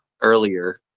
earlier